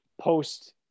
post